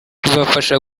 bibafasha